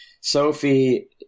sophie